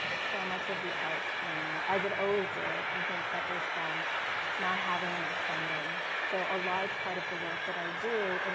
so much of the arts now, as it always did, i think suffers from not having enough funding. so a large part of the work that i do, and